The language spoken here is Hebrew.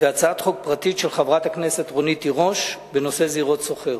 והצעת חוק פרטית של חברת הכנסת רונית תירוש בנושא זירות סוחר.